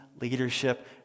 leadership